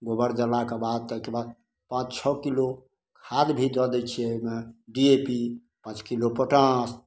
गोबर देलाके बाद ताहिके बाद पाँच छओ किलो खाद भी दऽ दै छिए ओहिमे डी ए पी पाँच किलो पोटाश